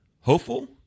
Hopeful